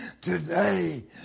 Today